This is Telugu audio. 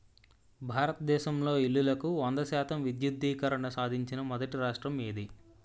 భారతదేశంలో ఇల్లులకు వంద శాతం విద్యుద్దీకరణ సాధించిన మొదటి రాష్ట్రం ఏది?